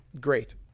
great